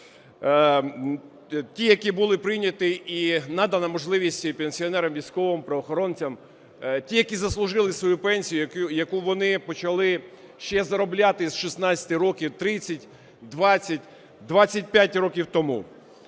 ті, які були прийняті, і надана можливість і пенсіонерам військовим, правоохоронцям, ті, які заслужили свою пенсію, яку вони почали ще заробляти з 16 років, 30, 20, 25 років тому.